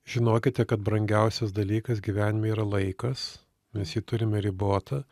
žinokite kad brangiausias dalykas gyvenime yra laikas mes jį turime ribotą